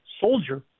soldier